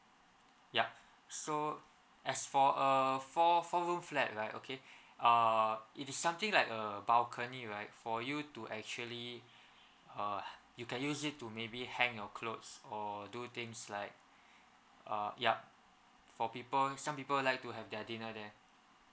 ya so as for a four four room flat like okay err it is something like a balcony right for you to actually uh you can use it to maybe hang your clothes or do things like uh yup for people some people like to have their dinner there